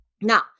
Now